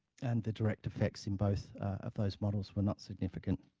and the direct effects in both of those models were not significant.